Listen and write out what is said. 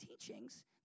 teachings